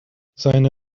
seine